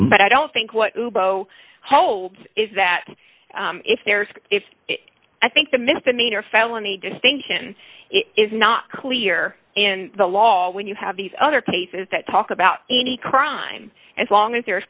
but i don't think what you bo holds is that if there's if i think the misdemeanor felony distinction is not clear in the law when you have these other cases that talk about any crime as long as there